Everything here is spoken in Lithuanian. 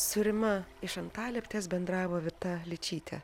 su rima iš antalieptės bendravo vita ličytė